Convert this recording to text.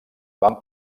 van